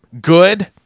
good